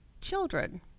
children